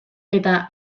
eta